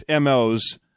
MOs